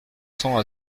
cents